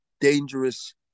dangerous